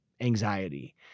anxiety